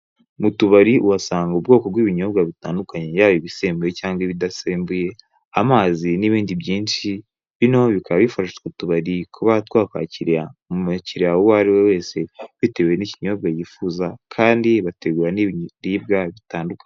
Mutubari uhasanga ubwoko bw'ibinyobwa butandukanye yaba ibisembuye cyangwa ibidasembuye, amazi n'ibindi byinshi, bino bikaba bifasha utwo tubari kuba twakwakira umukiriya uwariwe wese bitewe n'ikinyobwa yifuza kandi bategura n'ibiribwa bitandukanye.